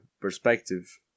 perspective